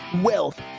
wealth